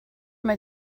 mae